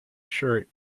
shirt